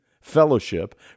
fellowship